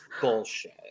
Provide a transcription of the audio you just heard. bullshit